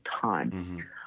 time